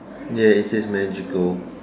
ya it says magical